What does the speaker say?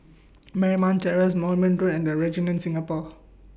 Marymount Terrace Moulmein Road and The Regent Singapore